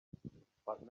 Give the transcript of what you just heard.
but